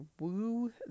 woo